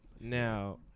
Now